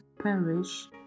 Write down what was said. perish